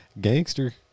Gangster